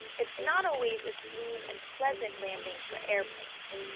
it's not always a smooth and pleasant landing for airplanes.